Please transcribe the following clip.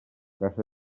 caça